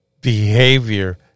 behavior